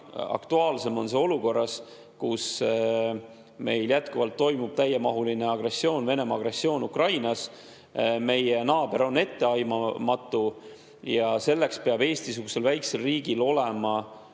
aktuaalsem olukorras, kus jätkuvalt toimub täiemahuline agressioon, Venemaa agressioon Ukrainas. Meie naaber on etteaimamatu ja sellepärast peab Eesti-sugusel väikesel riigil olema